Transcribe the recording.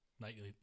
nightly